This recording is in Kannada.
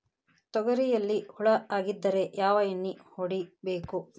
ತೊಗರಿಯಲ್ಲಿ ಹುಳ ಆಗಿದ್ದರೆ ಯಾವ ಎಣ್ಣೆ ಹೊಡಿಬೇಕು?